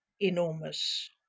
enormous